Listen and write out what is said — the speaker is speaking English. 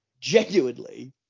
genuinely